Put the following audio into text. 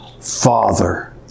Father